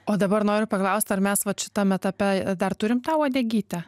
o dabar noriu paklaust ar mes vat šitam etape dar turim tą uodegytę